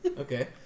Okay